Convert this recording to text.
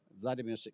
Vladimir